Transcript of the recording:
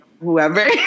whoever